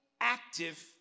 active